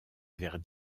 vers